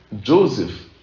Joseph